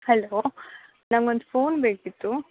hello ನಂಗೊಂದು phone ಬೇಕಿತ್ತು